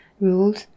rules